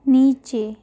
નીચે